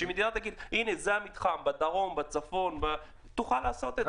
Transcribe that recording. שתיתן איזשהו מתחם שהוא יוכל לעשות את זה.